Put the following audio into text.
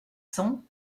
cents